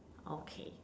okay